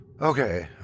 Okay